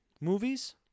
movies